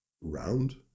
round